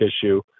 tissue